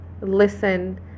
listen